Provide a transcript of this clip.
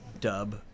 dub